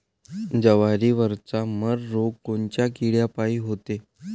जवारीवरचा मर रोग कोनच्या किड्यापायी होते?